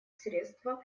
средство